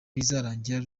bizarangira